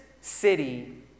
city